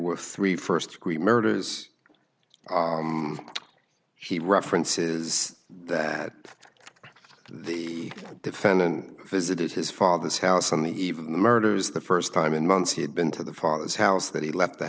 were three first degree murders she references that the defendant visited his father's house on the eve of the murders the first time in months he had been to the father's house that he left the